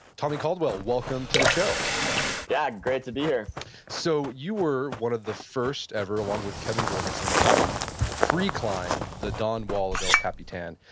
tommy caldwell, welcome to the show yeah, great to be here so you were one of the first ever along with kevin jorgensen to free climb the dawn wall of el capitan.